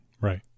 Right